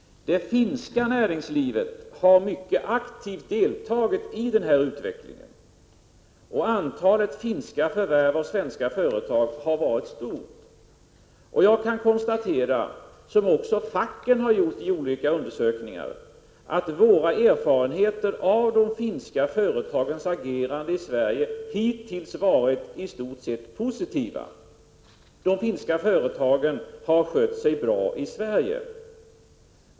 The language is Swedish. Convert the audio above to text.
Det finska näringslivet har mycket aktivt deltagit i denna utveckling. Antalet finska förvärv av svenska företag har varit stort. Jag kan konstatera, liksom facken har gjort i olika undersökningar, att våra erfarenheter av de finska företagens agerande i Sverige hittills har varit i stort sett positiva. De finska företagen har skött sig bra i Sverige.